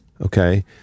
Okay